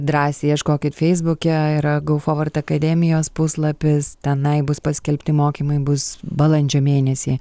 drąsiai ieškokit feisbuke yra go forward akademijos puslapis tenai bus paskelbti mokymai bus balandžio mėnesį